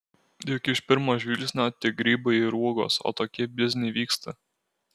juk iš pirmo žvilgsnio tik grybai ir uogos o tokie bizniai vyksta